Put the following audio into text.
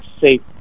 safe